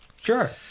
Sure